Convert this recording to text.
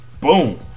boom